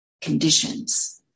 conditions